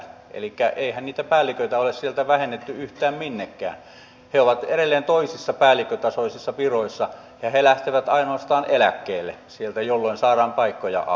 elikkä eihän niitä päälliköitä ole sieltä vähennetty yhtään minnekään he ovat edelleen toisissa päällikkötasoisissa viroissa ja he lähtevät ainoastaan eläkkeelle sieltä jolloin saadaan paikkoja auki